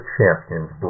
Champions